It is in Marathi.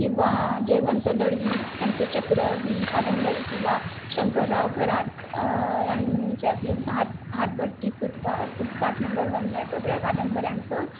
किंवा जयवंत दळवी यांचं चक्र ही कादंबरी किंवा शंकरराव खरात यांच्या कि हात हातभट्टी फुट फुटपात नंबर वन या सगळ्या कादंबऱ्यांचं